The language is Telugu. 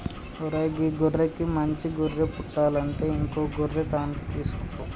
ఓరై గీ గొర్రెకి మంచి గొర్రె పుట్టలంటే ఇంకో గొర్రె తాన్కి తీసుకుపో